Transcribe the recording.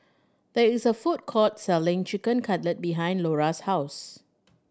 there is a food court selling Chicken Cutlet behind Lora's house